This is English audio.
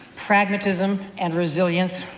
pragmatism and resilience,